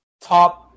top